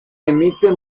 emite